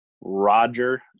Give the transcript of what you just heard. Roger